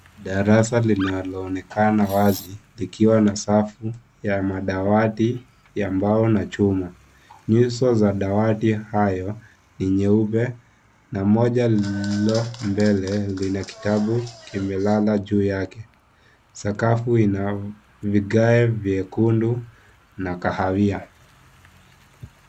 Darasa linaloonekana wazi likiwa na safu ya madawati ya mbao na chuma. Nyuso za dawati hayo ni nyeupe na moja lililo mbele lina kitabu kimelala juu yake. Sakafu ina vigae vyekundu na kahawia.